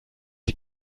sie